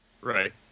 Right